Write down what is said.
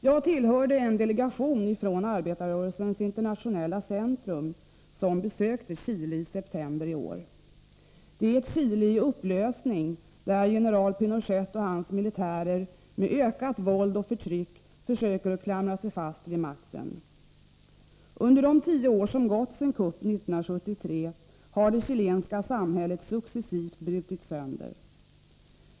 Jag tillhörde en delegation från Arbetarrörelsens internationella centrum, som besökte Chile i september i år. Det är ett Chile i upplösning, där general Pinochet och hans militärer med ökat våld och förtryck försöker att klamra sig fast vid makten. Under de tio år som har gått sedan kuppen 1973 har det chilenska samhället successivt brutits sönder.